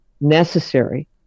necessary